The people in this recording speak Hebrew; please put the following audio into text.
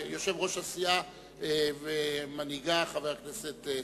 יושב-ראש הסיעה ומנהיגה, חבר הכנסת צרצור.